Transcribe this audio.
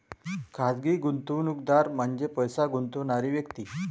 खाजगी गुंतवणूकदार म्हणजे पैसे गुंतवणारी व्यक्ती